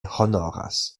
honoras